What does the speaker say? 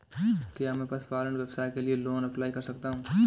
क्या मैं पशुपालन व्यवसाय के लिए लोंन अप्लाई कर सकता हूं?